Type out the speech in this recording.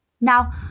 Now